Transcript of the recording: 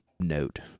note